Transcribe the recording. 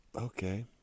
Okay